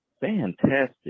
fantastic